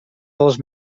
dels